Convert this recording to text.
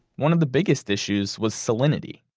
one of the biggest issues was salinity.